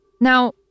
Now